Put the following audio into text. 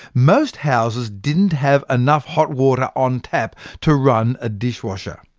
most houses didn't have enough hot water on tap to run a dishwasher.